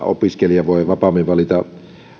opiskelija voi vapaammin valita